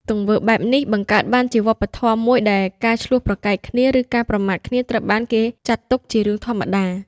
ទង្វើបែបនេះ បង្កើតបានជាវប្បធម៌មួយដែលការឈ្លោះប្រកែកគ្នា ឬការប្រមាថគ្នាត្រូវបានគេចាត់ទុកជារឿងធម្មតា។